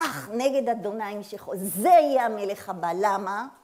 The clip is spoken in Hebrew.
אך נגד אדני ומשיחו זה יהיה המלך הבא למה